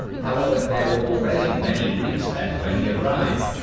however, there were already many greeks there when he arrived.